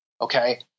Okay